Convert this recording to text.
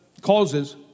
causes